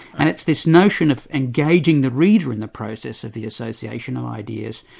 and it's this notion of engaging the reader in the process of the association of ideas,